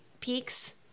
peaks